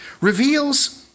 reveals